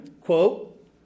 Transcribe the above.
quote